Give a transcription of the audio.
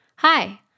Hi